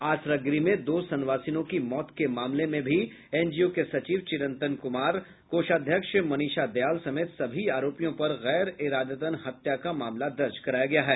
आसरा गृह में दो सांवासिनों की मौत के मामले में एनजीओ के सचिव चिरंतन कुमार कोषाध्यक्ष मनीषा दयाल समेत सभी आरोपियों पर गैर इरादतन हत्या का मामला दर्ज कराया गया है